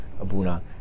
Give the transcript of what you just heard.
Abuna